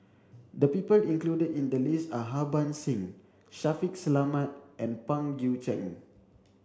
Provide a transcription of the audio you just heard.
the people included in the list are Harbans Singh Shaffiq Selamat and Pang Guek Cheng